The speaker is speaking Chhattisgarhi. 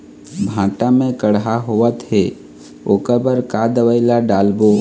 भांटा मे कड़हा होअत हे ओकर बर का दवई ला डालबो?